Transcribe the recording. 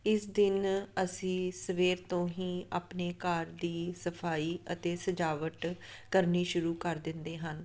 ਇਸ ਦਿਨ ਅਸੀਂ ਸਵੇਰ ਤੋਂ ਹੀ ਆਪਣੇ ਘਰ ਦੀ ਸਫਾਈ ਅਤੇ ਸਜਾਵਟ ਕਰਨੀ ਸ਼ੁਰੂ ਕਰ ਦਿੰਦੇ ਹਾਂ